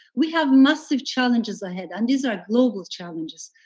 we have massive challenges ahead, and these are global challenges,